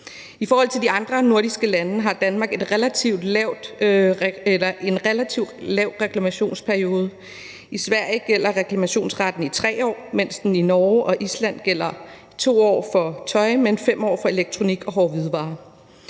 I forhold til de andre nordiske lande har Danmark en relativ kort reklamationsperiode. I Sverige gælder reklamationsretten i 3 år, mens den i Norge og Island gælder i 2 år for tøj, men 5 år for elektronik og hårde hvidevarer.